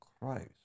Christ